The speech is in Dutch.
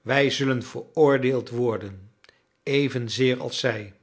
wij zullen veroordeeld worden evenzeer als zij